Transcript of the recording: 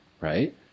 right